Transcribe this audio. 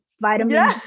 vitamin